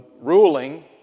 ruling